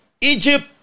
Egypt